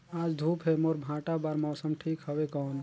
आज धूप हे मोर भांटा बार मौसम ठीक हवय कौन?